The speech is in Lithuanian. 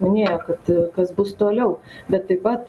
minėjo kad kas bus toliau bet taip pat